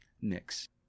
mix